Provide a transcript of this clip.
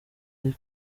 ari